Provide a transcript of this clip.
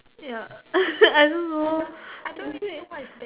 ya I don't know is it